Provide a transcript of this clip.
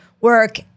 work